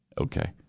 Okay